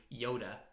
yoda